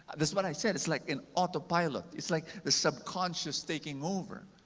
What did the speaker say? that's what i said, it's like an autopilot. it's like the subconscious taking over.